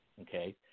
okay